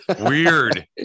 Weird